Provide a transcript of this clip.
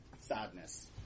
sadness